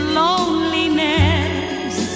loneliness